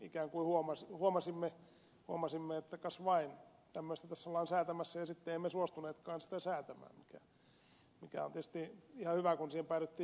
mekin ikään kuin huomasimme että kas vain tämmöistä tässä ollaan säätämässä ja sitten emme suostuneetkaan sitä säätämään mikä on tietysti ihan hyvä kun siihen päädyttiin yksimielisesti